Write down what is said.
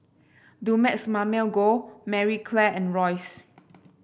Dumex Mamil Gold Marie Claire and Royce